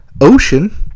Ocean